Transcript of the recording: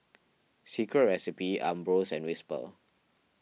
Secret Recipe Ambros and Whisper